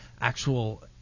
actual